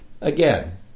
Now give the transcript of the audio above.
again